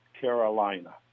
Carolina